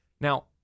Now